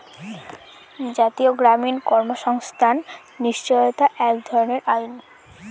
জাতীয় গ্রামীণ কর্মসংস্থান নিশ্চয়তা এক ধরনের আইন